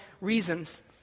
reasons